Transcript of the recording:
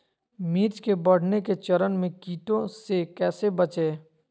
मिर्च के बढ़ने के चरण में कीटों से कैसे बचये?